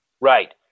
Right